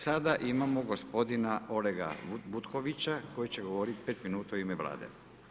Sada imamo gospodina Olega Butkovića koji će govoriti 5 minuta u ime Vlade.